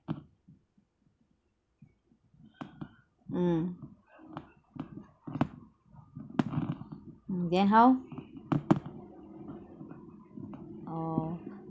mm then how orh